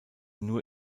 nur